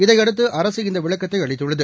இதையடுத்துஅரசு இந்தவிளக்கத்தைஅளித்துள்ளது